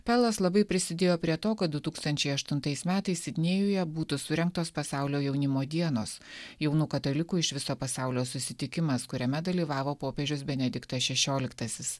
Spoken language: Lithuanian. pelas labai prisidėjo prie to kad du tūkstančiai aštuntais metais sidnėjuje būtų surengtos pasaulio jaunimo dienos jaunų katalikų iš viso pasaulio susitikimas kuriame dalyvavo popiežius benediktas šešioliktasis